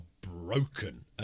broken